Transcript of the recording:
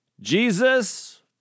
Jesus